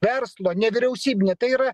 verslo nevyriausybinio tai yra